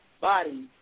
body